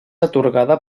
atorgada